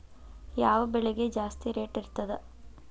ಯಾವ ಬೆಳಿಗೆ ಜಾಸ್ತಿ ರೇಟ್ ಇರ್ತದ?